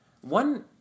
one